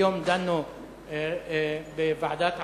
היום דנו בוועדת העבודה,